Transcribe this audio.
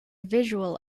visual